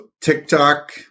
TikTok